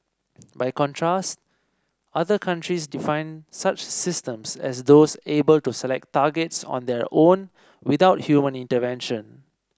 by contrast other countries define such systems as those able to select targets on their own without human intervention